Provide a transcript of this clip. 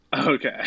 Okay